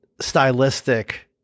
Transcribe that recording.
stylistic